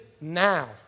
now